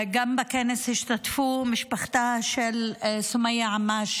בכנס השתתפה גם משפחתה של סומיה עמאש,